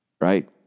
right